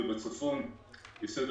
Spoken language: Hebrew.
ובצפון כ-150